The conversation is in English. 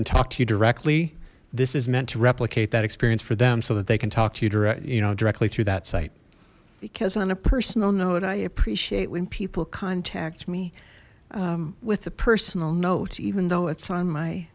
and talk to you directly this is meant to replicate that experience for them so that they can talk to you too right you know directly through that site because on a personal note i appreciate when people contact me with a personal note even though it's on my